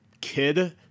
kid